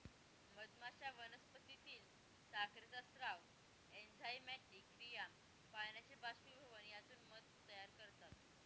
मधमाश्या वनस्पतीतील साखरेचा स्राव, एन्झाइमॅटिक क्रिया, पाण्याचे बाष्पीभवन यातून मध तयार करतात